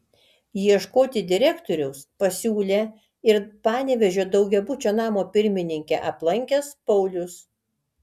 ieškoti direktoriaus pasiūlė ir panevėžio daugiabučio namo pirmininkę aplankęs paulius